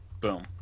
boom